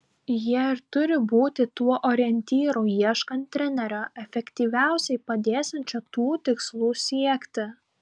jie ir turi būti tuo orientyru ieškant trenerio efektyviausiai padėsiančio tų tikslų siekti